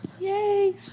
Yay